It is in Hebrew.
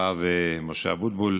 הרב משה אבוטבול,